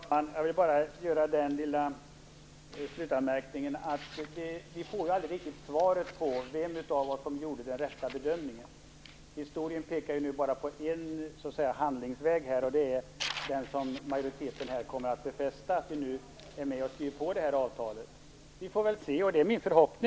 Fru talman! Jag vill bara göra en liten slutanmärkning. Vi får aldrig riktigt svaret på vem av oss som gjorde den rätta bedömningen. Historien pekar ju bara på en handlingsväg, och det är den som majoriteten kommer att befästa nu, nämligen att vi är med och skriver på det här avtalet. Vi får väl se vad som händer.